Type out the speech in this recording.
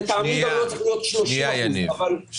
לטעמי גם לא צריך להיות 30%. שנייה.